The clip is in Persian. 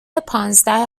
پانزده